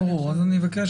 ברור, אז אני אבקש